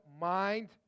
mind